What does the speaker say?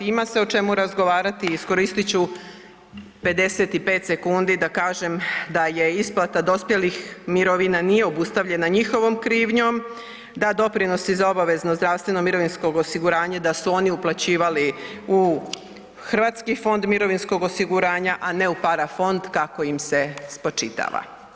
Ima se o čemu razgovarati i iskoristit ću 55 sekundi da kažem da je isplata dospjelih mirovina nije obustavljena njihovom krivnjom, da doprinosi za obavezno zdravstveno i mirovinsko osiguranje da su oni uplaćivali u hrvatski fond mirovinskog osiguranja, a ne u parafond kako im se spočitava.